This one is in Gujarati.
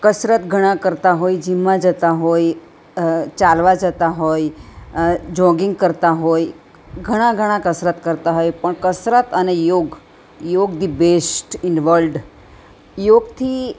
કસરત ઘણા કરતા હોય જીમમાં જતા હોય ચાલવા જતા હોય જોગિંગ કરતા હોય ઘણા ઘણા કસરત કરતા હોય પણ કસરત અને yoga yoga the best in world યોગથી